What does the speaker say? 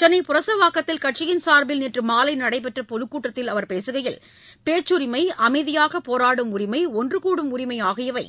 சென்னை புரசைவாக்கத்தில் கட்சியின் சார்பில் நேற்று மாலை நடைபெற்ற பொதுக்கூட்டத்தில் அவர் பேசுகையில் பேச்சரிமை அமைதியாக போராடும் உரிமை ஒன்று கூடும் உரிமை ஆகியவை